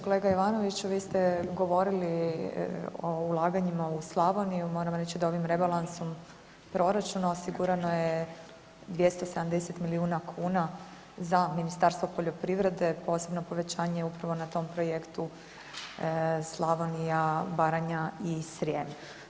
Kolega Ivanoviću, vi ste govorili o ulaganjima u Slavoniju, moram reći da ovim rebalansom proračuna osigurano je 270 milijuna kuna za Ministarstvo poljoprivrede, posebno povećanje je upravo na tom projektu Slavonija, Baranja i Srijem.